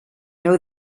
know